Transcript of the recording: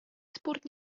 спорт